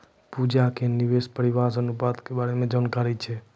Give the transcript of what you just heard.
पूजा के निवेश परिव्यास अनुपात के बारे मे जानकारी छै